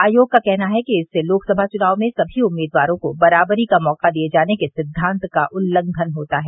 आयोग का कहना है कि इससे लोकसभा चुनायों में सभी उम्मीदवारों को बराबरी का मौका दिये जाने के सिद्वांत का उल्लंघन होता है